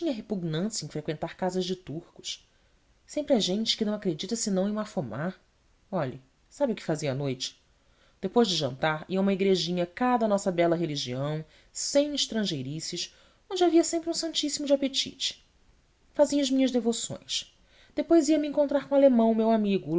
repugnância em freqüentar casas de turcos sempre é gente que não acredita senão em mafona olhe sabe o que fazia à noite depois de jantar ia a uma igrejinha cá da nossa bela religião sem estrangeirices onde havia sempre um santíssimo de apetite fazia as minhas devoções depois ia-me encontrar com o alemão o meu amigo